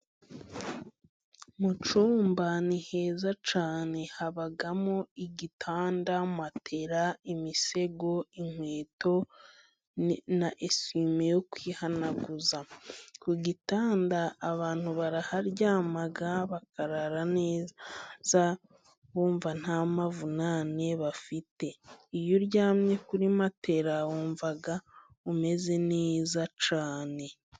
Mu cyumba ni ni heza cyane, habamo igitanda, matera, imisego, inkweto na esuyime yo kwihanaguza. Ku gitanda abantu baraharyama, bakarara neza, bumva nta mavunane bafite. Iyo uryamye kuri matera wumva umeze neza cyane.